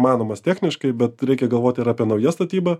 įmanomas techniškai bet reikia galvoti ir apie nauja statyba